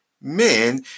men